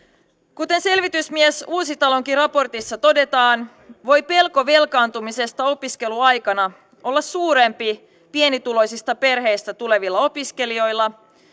kuten selvitysmies uusitalonkin raportissa todetaan voi pelko velkaantumisesta opiskeluaikana olla suurempi pienituloisista perheistä tulevilla opiskelijoilla